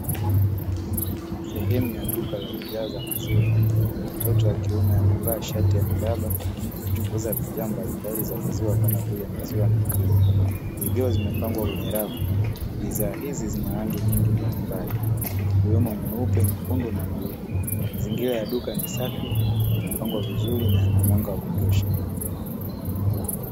Sehemu ya duka la bidhaa za maziwa, mtoto wa kiume amevaa shati ya miraba, anachunguza bidhaa mbalimbali za maziwa, kama vile; maziwa na krimu, zikiwa zimepangwa kwenye rafu. Bidhaa hizi zina rangi nyingi mbalimbali ikiwemo nyeupe, nyekundu na bluu. Mazingira ya duka ni safi, yamepangwa vizuri na yanamwanga wa kutosha.